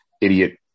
idiot